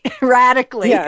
Radically